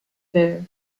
there